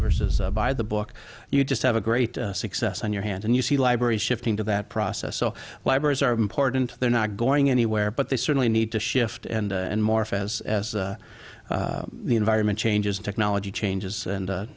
versus buy the book you just have a great success on your hands and you see libraries shifting to that process so libraries are important they're not going anywhere but they certainly need to shift and morph as the environment changes technology changes and